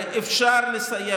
הרי אפשר לסיים.